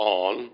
on